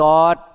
God